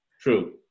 True